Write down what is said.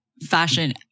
fashion